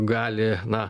gali na